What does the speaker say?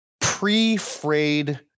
pre-frayed